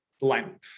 length